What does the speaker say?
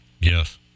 Yes